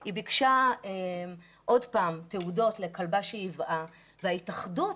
היא ביקשה עוד פעם תעודות לכלבה שהיא ייבאה וההתאחדות